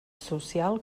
social